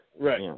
Right